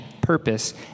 purpose